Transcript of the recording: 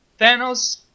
Thanos